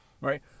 right